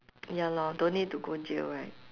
ya lor don't need to go jail right